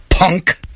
Punk